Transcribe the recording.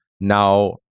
Now